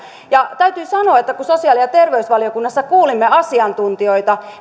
ja täytyy sanoa kun sosiaali ja terveysvaliokunnassa kuulimme asiantuntijoita